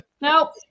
Nope